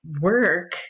work